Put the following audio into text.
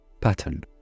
pattern